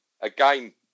again